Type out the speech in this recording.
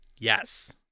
Yes